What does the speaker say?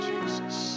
Jesus